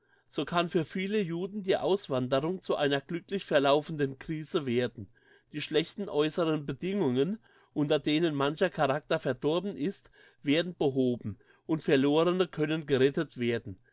so kann für viele juden die auswanderung zu einer glücklich verlaufenden krise werden die schlechten äusseren bedingungen unter denen mancher charakter verdorben ist werden behoben und verlorene können gerettet werden